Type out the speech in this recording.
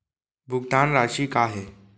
भुगतान राशि का हे?